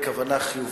היא כוונה חיובית,